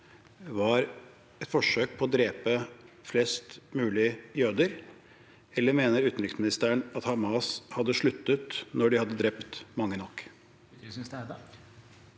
var et forsøk på å drepe flest mulig jøder, eller mener utenriksministeren at Hamas sluttet da de hadde drept mange nok?